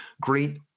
great